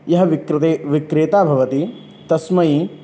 यः विक्रिते विक्रेता भवति तस्मै